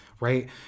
right